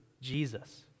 Jesus